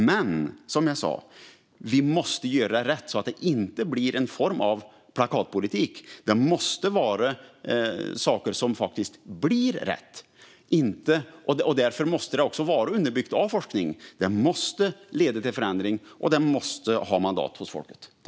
Men som jag sa: Vi måste göra rätt så att det inte blir en form av plakatpolitik. Det måste vara saker som faktiskt blir rätt. Därför måste det också vara underbyggt av forskning. Det måste leda till förändring, och det måste ha mandat hos folket.